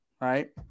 right